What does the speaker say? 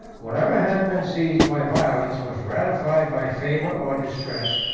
whatever had been seized by violence, was ratified by favor or distress,